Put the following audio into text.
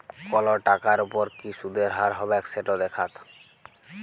call টাকার উপর কি সুদের হার হবেক সেট দ্যাখাত